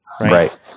Right